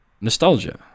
nostalgia